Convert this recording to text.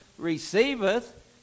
receiveth